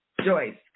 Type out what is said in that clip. Joyce